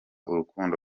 urukundo